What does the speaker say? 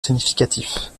significatif